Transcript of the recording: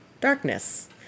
darkness